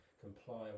comply